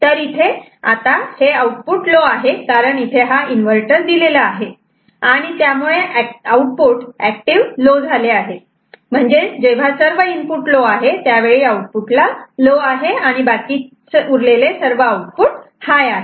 तर इथे आता आउटपुट लो आहे कारण इथे हा इन्व्हर्टर दिलेला आहे आणि त्यामुळे आउटपुट ऍक्टिव्ह लो झाले आहेत म्हणजे जेव्हा सर्व इनपुट लो आहे त्यावेळी आउटपुट लो आहे आणि बाकी उरलेले आउटपुट हाय आहेत